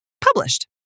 published